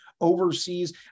overseas